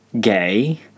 gay